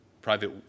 private